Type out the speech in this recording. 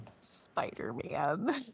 Spider-Man